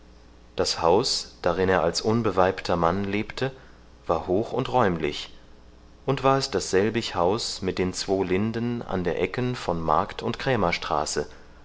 das haus darin er als unbeweibter mann lebte war hoch und räumlich und war es dasselbig haus mit den zwo linden an der ecken von markt und